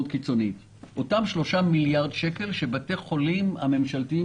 אותם 3 מיליארד שקל שבתי החולים הממשלתיים